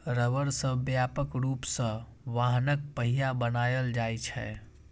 रबड़ सं व्यापक रूप सं वाहनक पहिया बनाएल जाइ छै